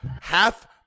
half